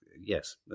Yes